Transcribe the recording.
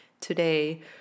today